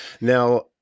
Now